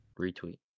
Retweet